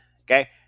Okay